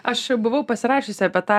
aš buvau pasirašiusi apie tą